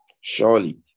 Surely